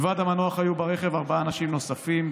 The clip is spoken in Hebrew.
מלבד המנוח היו ברכב ארבעה אנשים נוספים,